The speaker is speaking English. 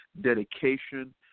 dedication